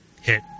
hit